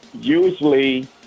Usually